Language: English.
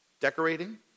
Decorating